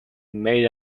made